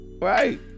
right